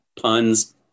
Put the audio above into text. Puns